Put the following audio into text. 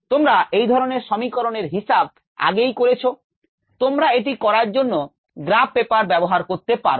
তোমরা এই ধরনের সমীকরণের হিসাব আগেই করেছ তোমরা এটি করার জন্য গ্রাফ পেপার ব্যবহার করতে পারো